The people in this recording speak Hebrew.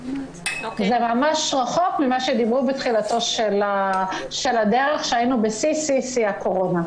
זה ממש רחוק ממה שדיברו בתחילתה של הדרך כשהיינו בשיא הקורונה.